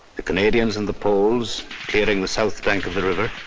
the canadians and the poles clearing the south bank of the river,